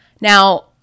Now